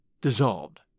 dissolved